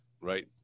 right